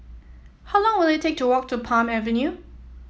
how long will it take to walk to Palm Avenue